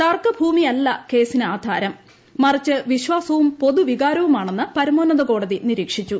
തർക്ക ഭൂമിയല്ല കേസിന് ആധാരം മറിച്ച് വിശ്വാസവും പൊതുവികാരവുമാണെന്ന് പരമോന്നത കോടതി നിരീക്ഷിച്ചു